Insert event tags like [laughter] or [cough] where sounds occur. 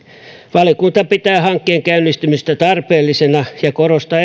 valiokunta pitää hankkeen käynnistymistä tarpeellisena ja korostaa [unintelligible]